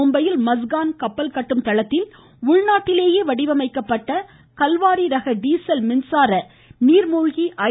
மும்பையில் மஸ்கான் கப்பல் கட்டும் தளத்தில் உள்நாட்டில் வடிவமைக்கப்பட்ட கல்வாரி ரக டீசல் மின்சார நீர்மூழ்கி ஐ